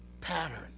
Pattern